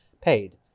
paid